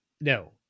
no